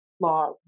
law